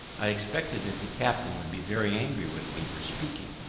i expected that the captain would be very angry with me for speaking,